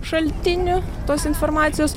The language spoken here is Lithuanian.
šaltiniu tos informacijos